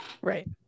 right